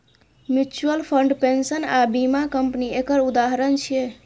mutual fund, pension आ बीमा company एकर उदाहरण छियै